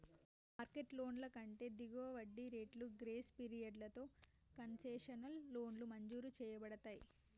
market లోన్ల కంటే దిగువ వడ్డీ రేట్లు, గ్రేస్ పీరియడ్లతో కన్సెషనల్ లోన్లు మంజూరు చేయబడతయ్